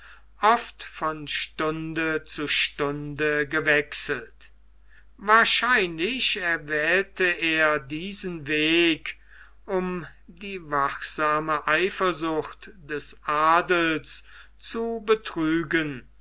oft von stunde zu stunde gewechselt wahrscheinlich erwählte er diesen weg um die wachsame eifersucht des adels zu betrügen